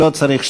לא צריך.